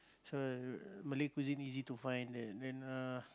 so Malay cuisine easy to find there then uh